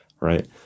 right